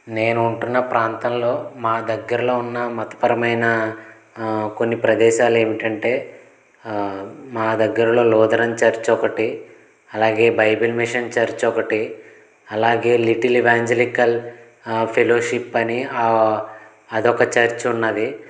నేను ఉంటున్న ప్రాంతంలో మా దగ్గరలో ఉన్న మతపరమైన కొన్ని ప్రదేశాలు ఏమిటంటే మా దగ్గరలో లూథరన్ చర్చ్ ఒకటి అలాగే బైబిల్ మిషన్ చర్చ్ ఒకటి అలాగే లిటిల్ ఎవాంజిలికల్ ఫెలోషిప్ అని అదొక చర్చి ఉన్నది